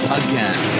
again